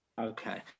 okay